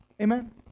Amen